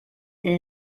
این